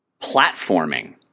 platforming